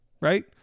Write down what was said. right